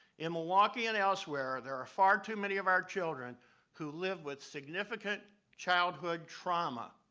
in milwaukee and elsewhere, there are far too many of our children who live with significant childhood trauma.